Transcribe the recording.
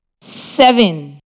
seven